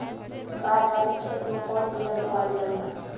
बाड़ वाले खेते मे कवन बिया बोआल जा?